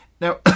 now